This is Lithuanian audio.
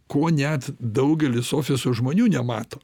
ko net daugelis ofiso žmonių nemato